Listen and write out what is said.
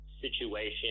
situation